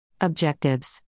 Objectives